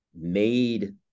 made